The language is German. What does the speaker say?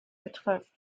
betrifft